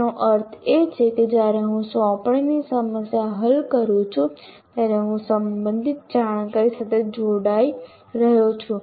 તેનો અર્થ એ છે કે જ્યારે હું સોંપણીની સમસ્યા હલ કરું છું ત્યારે હું સંબંધિત જાણકારી સાથે જોડાઈ રહ્યો છું